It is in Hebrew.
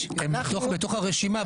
הם בתוך הרשימה.